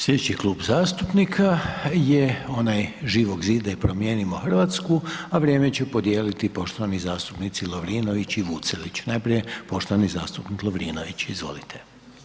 Slijedeći Klub zastupnika je onaj Živog zida i Promijenimo Hrvatsku a vrijeme će podijeliti poštovani zastupnici Lovrinović i Vucelić, najprije poštovani zastupnik Lovrinović, izvolite.